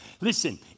Listen